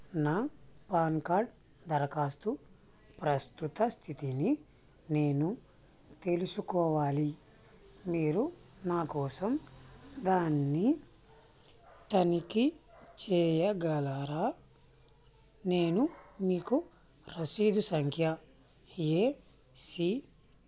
నా PAN card దరఖాస్తు ప్రస్తుత స్థితిని నేను తెలుసుకోవాలి మీరు నా కోసం దాన్ని తనిఖీ చేయగలరా నేను మీకు రసీదు సంఖ్య ఏ సీ కే